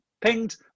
pinged